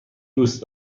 دوست